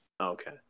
Okay